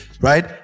right